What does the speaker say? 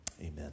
Amen